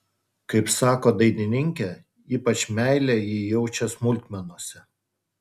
kaip sako dainininkė ypač meilę ji jaučia smulkmenose